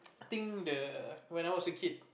I think the when I was a kid